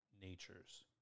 natures